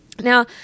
Now